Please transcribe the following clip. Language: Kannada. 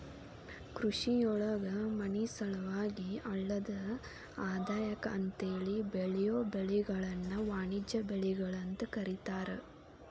ಕೃಷಿಯೊಳಗ ಮನಿಸಲುವಾಗಿ ಅಲ್ಲದ ಆದಾಯಕ್ಕ ಅಂತೇಳಿ ಬೆಳಿಯೋ ಬೆಳಿಗಳನ್ನ ವಾಣಿಜ್ಯ ಬೆಳಿಗಳು ಅಂತ ಕರೇತಾರ